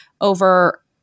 over